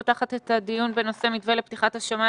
אני פותחת את הדיון בנושא: מתווה לפתיחת השמיים